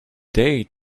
day